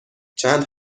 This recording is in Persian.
چند